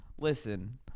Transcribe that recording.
listen